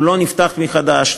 הוא לא נפתח מחדש,